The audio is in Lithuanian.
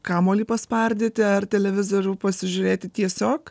kamuolį paspardyti ar televizorių pasižiūrėti tiesiog